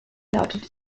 lautet